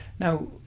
Now